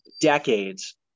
decades